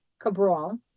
cabral